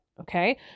Okay